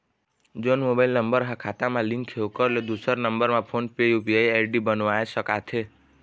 जोन mobile number हा खाता मा लिन्क हे ओकर ले दुसर नंबर मा फोन पे या यू.पी.आई आई.डी बनवाए सका थे?